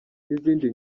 n’izindi